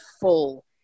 full